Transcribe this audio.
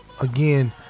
Again